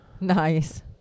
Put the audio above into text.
Nice